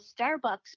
starbucks